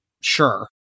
sure